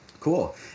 Cool